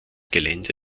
gelände